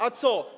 A co?